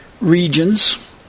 regions